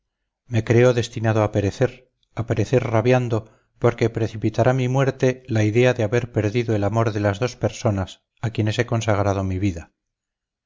me creo destinado a perecer a perecer rabiando porque precipitará mi muerte la idea de haber perdido el amor de las dos personas a quienes he consagrado mi vida